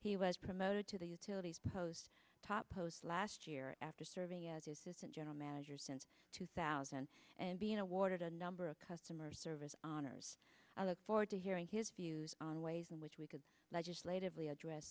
he was promoted to the utilities post top post last year after serving as assistant general manager since two thousand and being awarded a number of customer service honors i look forward to hearing his views on ways in which we could legislatively address